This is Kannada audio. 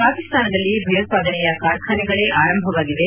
ಪಾಕಿಸ್ತಾನದಲ್ಲಿ ಭಯೋತ್ಪಾದನೆಯ ಕಾರ್ಖಾನೆಗಳೇ ಆರಂಭವಾಗಿವೆ